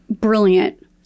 brilliant